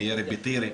וירי בטירה,